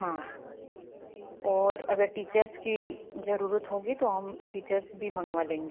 हाँ और अगर टीचर्स की ज़रूरत होगी तो हम टीचर्स भी मँगवा लेंगे